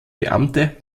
beamte